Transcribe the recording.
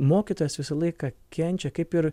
mokytojas visą laiką kenčia kaip ir